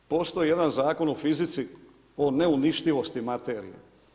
Postoji jedan zakon u fizici o neuništivosti materije.